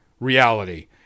reality